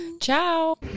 Ciao